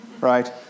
Right